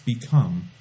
become